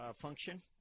function